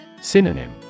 Synonym